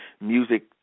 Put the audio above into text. music